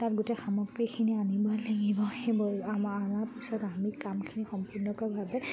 তাত গোটেই সামগ্ৰীখিনি আনিব লাগিব সেইবোৰ আনাৰ পিছত আমি কামখিনি সম্পূৰ্ণকৈভাৱে